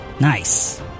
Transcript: Nice